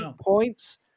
points